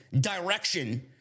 direction